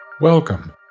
Welcome